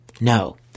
No